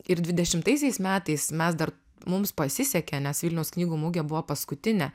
ir dvidešimtaisiais metais mes dar mums pasisekė nes vilniaus knygų mugė buvo paskutinė